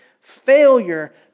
failure